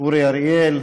אורי אריאל,